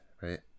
right